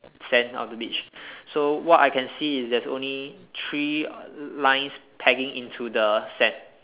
sand of the beach so what I can see is there's only three lines pegging into the sand